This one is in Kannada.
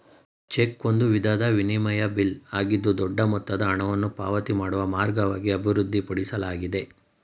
ಚೆಕ್ ಒಂದು ವಿಧದ ವಿನಿಮಯ ಬಿಲ್ ಆಗಿದ್ದು ದೊಡ್ಡ ಮೊತ್ತದ ಹಣವನ್ನು ಪಾವತಿ ಮಾಡುವ ಮಾರ್ಗವಾಗಿ ಅಭಿವೃದ್ಧಿಪಡಿಸಲಾಗಿದೆ